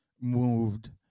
moved